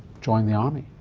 join the army.